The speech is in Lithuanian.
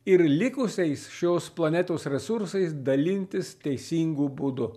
ir likusiais šios planetos resursais dalintis teisingu būdu